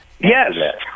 Yes